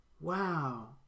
wow